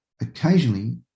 occasionally